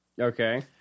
Okay